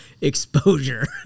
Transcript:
exposure